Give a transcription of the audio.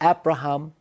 Abraham